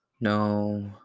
no